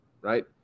right